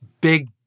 big